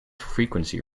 frequency